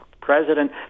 president